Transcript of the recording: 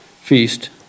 feast